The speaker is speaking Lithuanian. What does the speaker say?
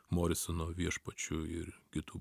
morisono viešpačiu ir kitų